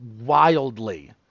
wildly